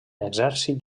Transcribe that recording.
exèrcit